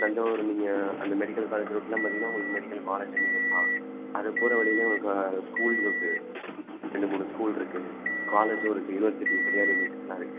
தஞ்சாவூர் நீங்கள் அந்த medical college ரோட்லாம் பார்த்தீங்கன்னா உங்களுக்கு மெடிக்கல் காலேஜ் நியர் தான் அது போகிற வழிலேயே உங்களுக்கு ஸ்கூல் இருக்குது ரெண்டு மூணு ஸ்கூல்ருக்கு காலேஜும் இருக்கு யுனிவர்சிட்டி பெரியார் யுனிவெர்சிட்டிலாம் இருக்குது